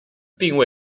并未